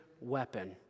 weapon